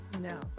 no